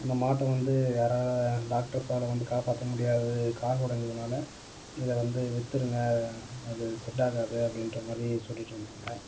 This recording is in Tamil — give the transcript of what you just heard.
அந்த மாட்டை வந்து யாரால் டாக்டர்ஸால் வந்து காப்பாற்ற முடியாது கால் ஒடைஞ்சதுனால இதை வந்து விற்றுடுங்க அது செட்டாகாது அப்படின்ற மாதிரி சொல்லிட்டு இருந்தாங்க